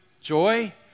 joy